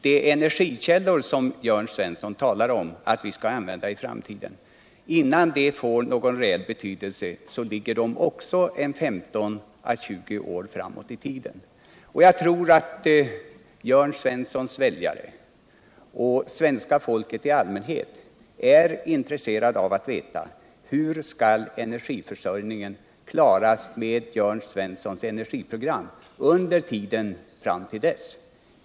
De energikällor som Jörn Svensson menar att vi skall använda I framtiden får reelt betydelse först 15 äå 20 år framåt i tiden. Jag tror utt Jörn Svenssons viljure och svenska folket i allmänhet är intresserade av att få veta hur energiförsörjningen enligt Jörn Svenssons energiprogram skall klaras under tiden fram till dess.